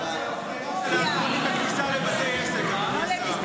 אז אולי תאסור אפליה של להט"בים בכניסה לבתי עסק,